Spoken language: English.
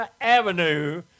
avenue